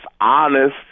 honest